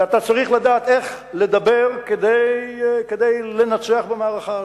ואתה צריך לדעת איך לדבר כדי לנצח במערכה הזאת.